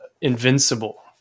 invincible